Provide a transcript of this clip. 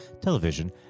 television